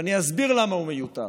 ואני אסביר למה הוא מיותר.